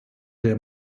der